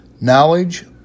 Knowledge